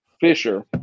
fisher